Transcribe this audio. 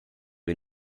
või